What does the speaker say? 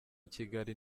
kigali